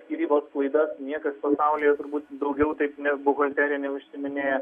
skyrybos klaidas niekas pasaulyje turbūt daugiau taip buhalterija neužsiiminėja